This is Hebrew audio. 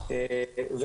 -- מתוך כמה?